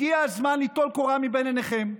הגיע הזמן ליטול קורה מבין עיניכם.